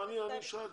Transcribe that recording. אני שאלתי.